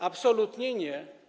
Absolutnie nie.